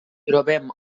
trobem